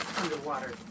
Underwater